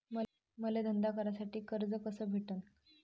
मले धंदा करासाठी कर्ज कस भेटन?